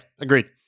agreed